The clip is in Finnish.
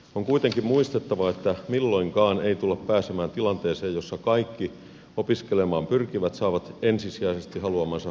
on kuitenkin muistettava että milloinkaan ei tulla pääsemään tilanteeseen jossa kaikki opiskelemaan pyrkivät saavat ensisijaisesti haluamansa opiskelupaikan